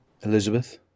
Elizabeth